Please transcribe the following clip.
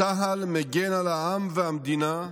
צה"ל מגן על העם והמדינה,